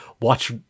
watch